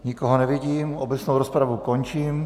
Nikoho nevidím, obecnou rozpravu končím.